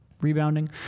rebounding